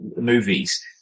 movies